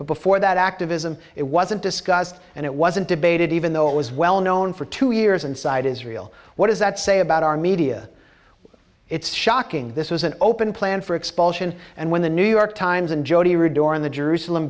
but before that activism it wasn't discussed and it wasn't debated even though it was well known for two years inside israel what does that say about our media it's shocking this was an open plan for expulsion and when the new york times and jodie read or in the jerusalem